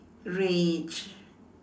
rage